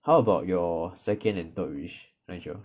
how about your second and third wish nigel